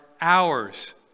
hours